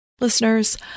Listeners